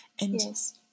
Yes